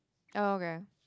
oh okay